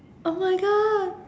oh my god